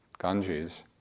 Ganges